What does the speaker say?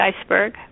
Iceberg